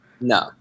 no